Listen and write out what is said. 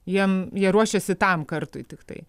jiem jie ruošiasi tam kartui tiktai